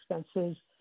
expenses